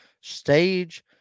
Stage